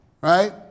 right